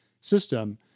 system